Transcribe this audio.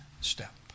step